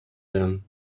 them